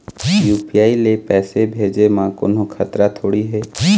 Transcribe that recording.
UPI ले पैसे भेजे म कोन्हो खतरा थोड़ी हे?